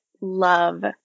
love